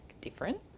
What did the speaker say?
different